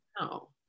No